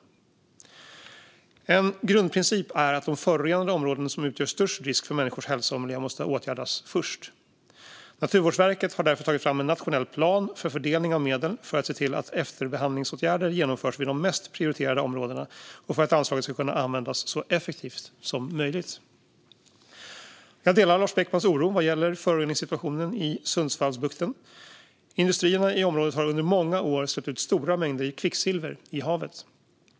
En grundprincip är att de förorenade områden som utgör störst risk för människors hälsa och för miljön måste åtgärdas först. Naturvårdsverket har därför tagit fram en nationell plan för fördelning av medel för att se till att efterbehandlingsåtgärder genomförs vid de mest prioriterade områdena och för att anslaget ska kunna användas så effektivt som möjligt. Jag delar Lars Beckmans oro vad gäller föroreningssituationen i Sundsvallsbukten. Industrierna i området har under många år släppt ut stora mängder kvicksilver i havet.